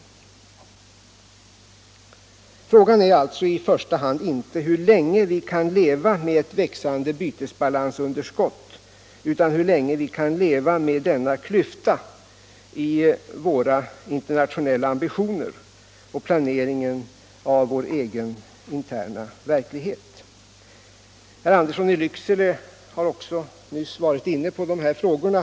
Nr 59 Frågan är alltså i första hand inte hur länge vi kan leva med ett växande bytesbalansunderskott utan hur länge vi kan leva med denna klyfta mellan våra internationella ambitioner och planeringen av vår egen interna verklighet. Allmänpolitisk Herr Andersson i Lycksele har nyss varit inne på de här frågorna.